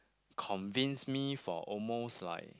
convince me for almost like